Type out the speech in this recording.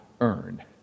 earn